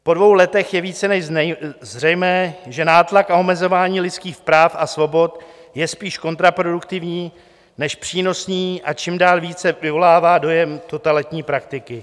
Po dvou letech je více než zřejmé, že nátlak a omezování lidských práv a svobod je spíš kontraproduktivní než přínosný a čím dál více vyvolává dojem totalitní praktiky.